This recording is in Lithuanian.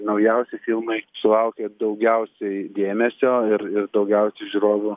naujausi filmai sulaukia daugiausiai dėmesio ir ir daugiausiai žiūrovų